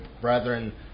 brethren